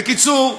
בקיצור,